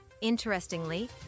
Interestingly